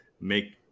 make